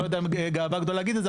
אני לא יודע אם גאווה גדולה להגיד את זה,